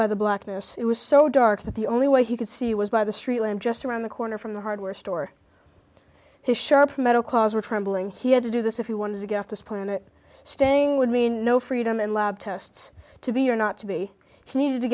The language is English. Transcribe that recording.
by the blackness it was so dark that the only way he could see was by the street just around the corner from the hardware store his sharp metal claws were trembling he had to do this if he wanted to get off this planet staying would mean no freedom in lab tests to be or not to be he needed to